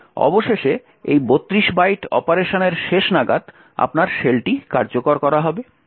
অবশেষে এই 32 বাইট অপারেশনের শেষ নাগাদ আপনার শেলটি কার্যকর করা হবে